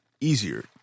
easier